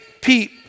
Pete